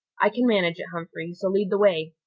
i can manage it, humphrey, so lead the way.